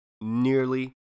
nearly